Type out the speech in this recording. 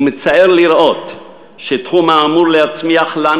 ומצער לראות שתחום האמור להצמיח לנו